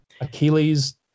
Achilles